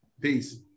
Peace